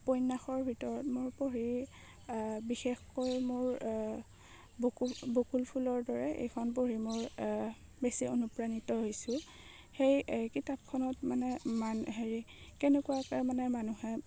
উপন্যাসৰ ভিতৰত মোৰ পঢ়ি বিশেষকৈ মোৰ বকু বকুল ফুলৰ দৰে এইখন পঢ়ি মোৰ বেছি অনুপ্ৰাণিত হৈছোঁ সেই কিতাপখনত মানে মান হেৰি কেনেকুৱাকে মানে মানুহে